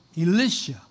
Elisha